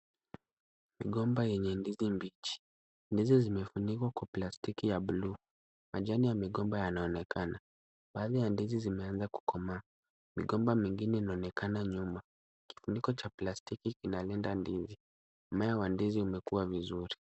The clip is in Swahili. Migomba yenye ndizi mbichi. Ndizi zimefunikwa kwa plastiki ya buluu. Majani ya migomba yanaonekana. Baadhi ya ndizi zimeanza kukomaa. Migomba mingine inaonekana nyuma. Kifuniko cha plastiki kinalinda ndizi. Mmea wa ndizi umekua vizuri.